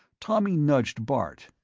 tommy nudged bart,